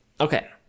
Okay